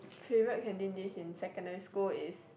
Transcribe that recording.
favourite canteen day in secondary school is